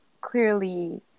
clearly